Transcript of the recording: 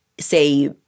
say